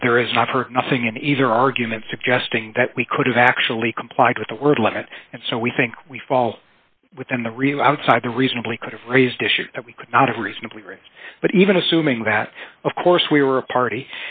believe there is not for nothing in either argument suggesting that we could have actually complied with the word limit and so we think we fall within the real outside the reasonably could have raised issues that we could not have reasonably right but even assuming that of course we were a party